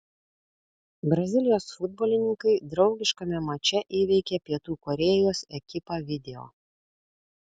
brazilijos futbolininkai draugiškame mače įveikė pietų korėjos ekipą video